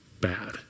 bad